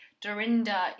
Dorinda